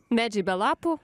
medžiai be lapų